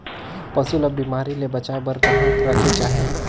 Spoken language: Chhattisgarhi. पशु ला बिमारी ले बचाय बार कहा रखे चाही?